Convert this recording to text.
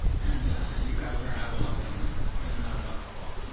and you've got to learn how to love them when they're not loveable.